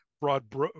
broad